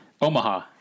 Omaha